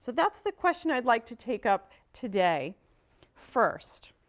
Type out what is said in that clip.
that's the question i'd like to take up today first.